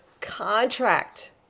contract